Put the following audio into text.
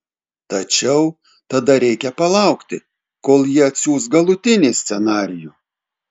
tačiau tada reikia palaukti kol ji atsiųs galutinį scenarijų